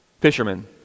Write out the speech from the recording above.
Fishermen